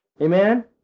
Amen